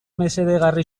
mesedegarri